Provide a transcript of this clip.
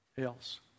else